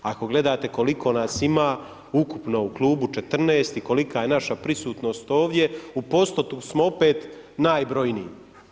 Ako gledate koliko nas ima ukupno u klubu 14 i kolika je naša prisutnost ovdje, u postotku smo opet najbrojniji.